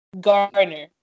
Garner